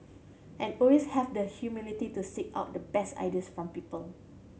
and always have the humility to seek out the best ideas from people